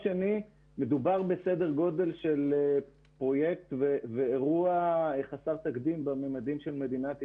מדובר בסדר גודל של פרויקט ואירוע חסר תקדים בממדים של מדינת ישראל.